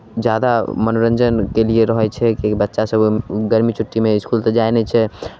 जादा मनोरञ्जनके लिए रहै छै कि बच्चासभ गरमी छुट्टीमे इसकुल तऽ जाइ नहि छै